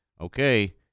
okay